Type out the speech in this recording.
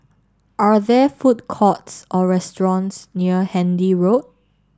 are there food courts or restaurants near Handy Road